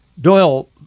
Doyle